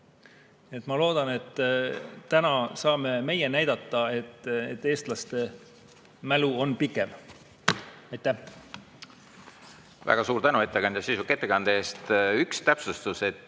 Ma loodan, et täna saame me näidata, et eestlaste mälu on pikem. Aitäh! Väga suur tänu, ettekandja, sisuka ettekande eest! Üks täpsustus: sa